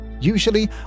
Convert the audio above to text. Usually